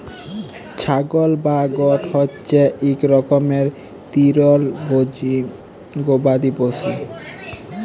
ছাগল বা গট হছে ইক রকমের তিরলভোজী গবাদি পশু